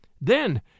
Then